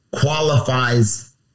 qualifies